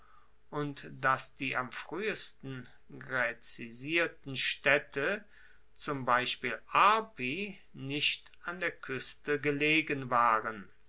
und dass die am fruehesten graezisierten staedte zum beispiel arpi nicht an der kueste gelegen waren